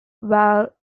while